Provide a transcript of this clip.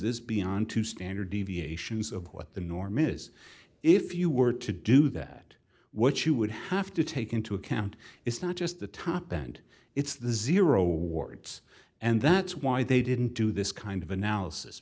this beyond two standard deviations of what the norm is if you were to do that what you would have to take into account it's not just the top and it's the zero awards and that's why they didn't do this kind of analysis